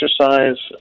exercise